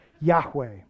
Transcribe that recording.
Yahweh